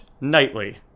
nightly